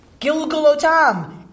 Gilgalotam